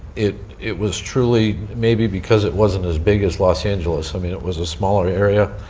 it it was truly maybe because it wasn't as big as los angeles, i mean, it was a smaller area.